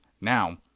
Now